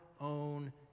own